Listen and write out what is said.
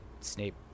Snape